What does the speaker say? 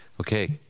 okay